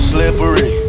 Slippery